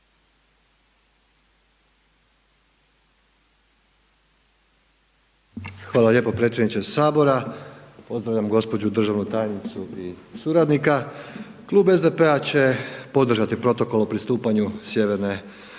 Hvala lijepo predsjedniče Sabora, pozdravljam gđu. državnu tajnicu i suradnika. Klub SDP-a će podržati Protokol o pristupanju Republike